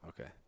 Okay